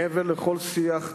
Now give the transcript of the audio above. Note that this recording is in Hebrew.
מעבר לכל שיח דמגוגי.